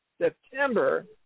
September